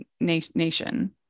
Nation